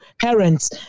parents